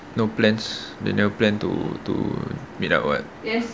no plans they never plan to to meet up [what]